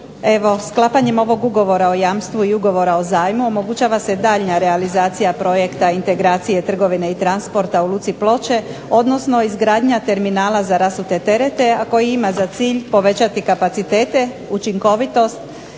Evo sklapanjem ovog ugovora o jamstvu i ugovora o zajmu omogućava se daljnja realizacija projekta integracije trgovine i transporta u luci Ploče, odnosno izgradnja terminala za rasute terete, a koji ima za cilj povećati kapacitete, učinkovitost